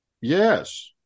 Yes